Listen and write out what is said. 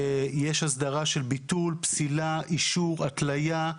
יש הסדרה של ביטול, פסילה, אישור, התליה,